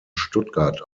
stuttgart